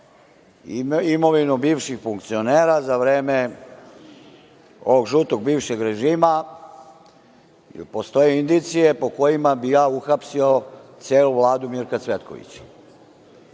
imovinu bivših funkcionera za vreme ovog žutog bivšeg režima, jer postoje indicije po kojima bih ja uhapsio celu Vladu Mirka Cvetkovića.